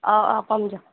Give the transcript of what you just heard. অ অ ক'ম দিয়ক